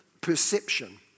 perception